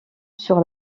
sur